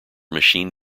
machine